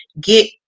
get